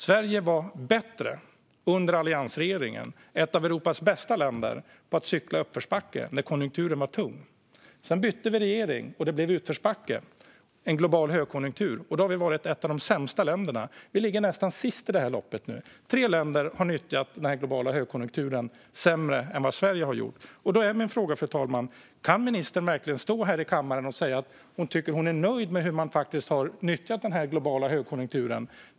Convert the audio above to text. Sverige var bättre under alliansregeringen på att cykla i uppförsbacke när konjunkturen var tung. Vi var ett av Europas bästa länder. Sedan bytte vi regering, och det blev utförsbacke - en global högkonjunktur - och då har vi varit ett av de sämsta länderna. Vi ligger nästan sist i loppet nu. Tre länder har nyttjat den globala högkonjunkturen sämre än vad Sverige har gjort. Därför är min fråga, fru talman: Kan ministern verkligen stå här i kammaren och säga att hon är nöjd med hur man har nyttjat den globala högkonjunkturen?